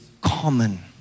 common